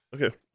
Okay